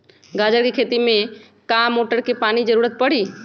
गाजर के खेती में का मोटर के पानी के ज़रूरत परी?